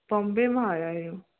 बॉम्बे मां आया आहियूं